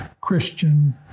Christian